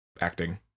acting